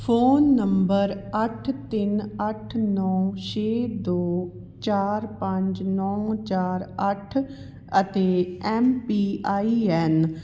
phone number ਅੱਠ ਤਿੰਨ ਅੱਠ ਨੌ ਛੇ ਦੋ ਚਾਰ ਪੰਜ ਨੌ ਚਾਰ ਅੱਠ ਅਤੇ ਐੱਮ ਪੀ ਆਈ ਐੱਨ